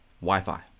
Wi-Fi